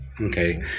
Okay